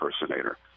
impersonator